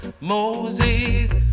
Moses